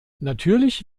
natürlich